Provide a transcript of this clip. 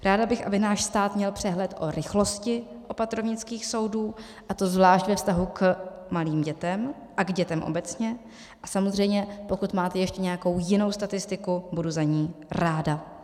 Ráda bych, aby náš stát měl přehled o rychlosti opatrovnických soudů, a to zvlášť ve vztahu k malým dětem a k dětem obecně, a samozřejmě, pokud máte ještě nějakou jinou statistiku, budu za ni ráda.